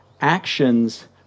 actions